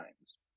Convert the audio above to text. times